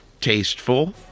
tasteful